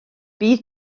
bydd